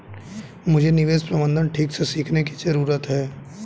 मुझे निवेश प्रबंधन ठीक से सीखने की जरूरत है